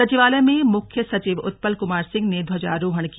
सचिवालय में मुख्य सचिव उत्पल कुमार सिंह ने ध्वजारोहण किया